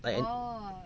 like